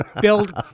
build